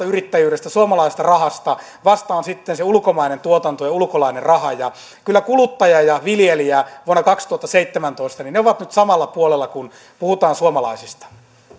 yrittäjyydestä ja suomalaisesta rahasta vastaan sitten se ulkomainen tuotanto ja ulkolainen raha kyllä kuluttaja ja viljelijä vuonna kaksituhattaseitsemäntoista ovat nyt samalla puolella kun puhutaan suomalaisista